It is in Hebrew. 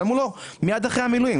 תשלמו לו מיד אחרי המילואים,